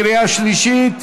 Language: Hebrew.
קריאה שלישית.